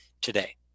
today